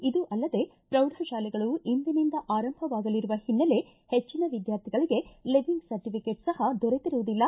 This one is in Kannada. ಇದೂ ಅಲ್ಲದೆ ಪ್ರೌಢಶಾಲೆಗಳು ಇಂದಿನಿಂದ ಆರಂಭವಾಗಲಿರುವ ಹಿನ್ನೆಲೆ ಹೆಚ್ಚಿನ ವಿದ್ವಾರ್ಥಿಗಳಿಗೆ ಲೀವಿಂಗ್ ಸರ್ಟಿಫಿಕೇಟ್ ಸಹ ದೊರೆತಿರುವುದಿಲ್ಲ